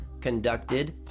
conducted